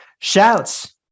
Shouts